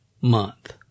month